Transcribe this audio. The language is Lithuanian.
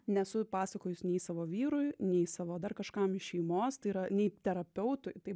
nesu pasakojus nei savo vyrui nei savo dar kažkam šeimos tai yra nei terapeutui taip